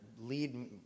lead